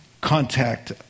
contact